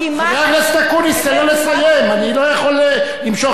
אני לא יכול למשוך את הישיבה הזאת אחרי 1 בינואר.